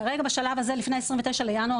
כרגע בשלב הזה לפני ה-29 בינואר,